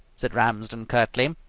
said ramsden curtly,